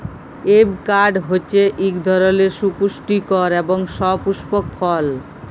avocado হছে ইক ধরলের সুপুষ্টিকর এবং সুপুস্পক ফল